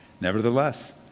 Nevertheless